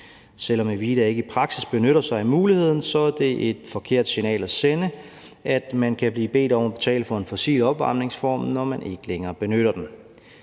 Selv om Evida ikke i praksis benytter sig af muligheden, er det et forkert signal at sende, at man kan blive bedt om at betale for en fossil opvarmningsform, når man ikke længere benytter den.